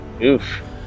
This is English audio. Oof